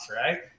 right